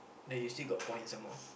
there you see got point some more